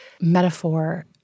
metaphor